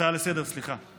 הצעה לסדר-יום, סליחה.